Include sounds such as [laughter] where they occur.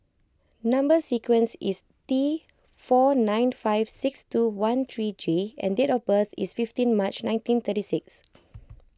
Number Sequence is T four nine five six two one three J and date of birth is fifteen March nineteen and thirty six [noise]